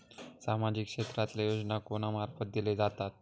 सामाजिक क्षेत्रांतले योजना कोणा मार्फत दिले जातत?